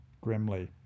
grimly